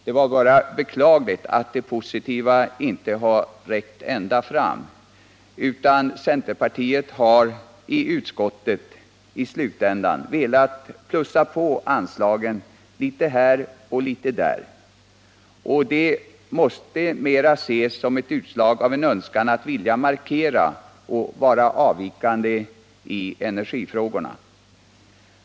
Det var bara beklagligt att det positiva inte räckte ända fram, utan centerpartiet har i slutändan av utskottsarbetet velat plussa på anslagen litet här och litet där. Det måste mera ses som ett utslag av en önskan att göra markeringar och att vara avvikande i energifrågorna.